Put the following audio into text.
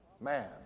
man